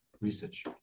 research